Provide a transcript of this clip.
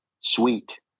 sweet